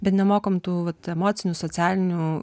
bet nemokom tų vat emocinių socialinių